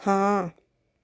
ਹਾਂ